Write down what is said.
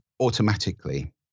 automatically